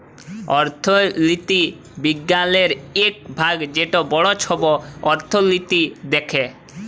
অথ্থলিতি বিজ্ঞালের ইক ভাগ যেট বড় ছব অথ্থলিতি দ্যাখে